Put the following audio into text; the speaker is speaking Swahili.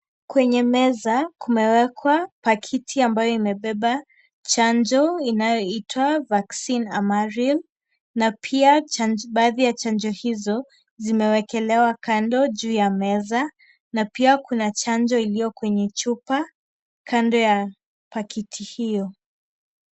Kwenye meza, kumewekwa pakiti ambayo imebeba chanjo inayoitwa, Vaccine Amarim na pia chanjo, baadhi ya chanjo hizo, zimewekelewa kando juu ya meza, na pia kuna chanjo iliyo kwenye chupa, kando ya pakiti hio.